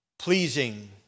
pleasing